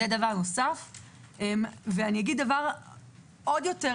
דבר עוד יותר